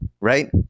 right